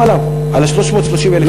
וזה מה שהסכמתם עליו, על 330,000 השקל?